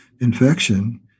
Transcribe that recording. infection